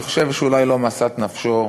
אני חושב שאולי לא משאת נפש לא